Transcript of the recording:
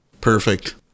Perfect